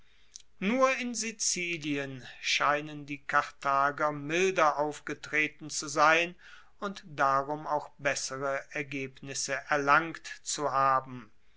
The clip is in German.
nur in sizilien scheinen die karthager milder aufgetreten zu sein und darum auch bessere ergebnisse erlangt zu haben